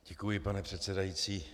Děkuji, pane předsedající.